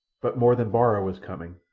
but more than bara was coming.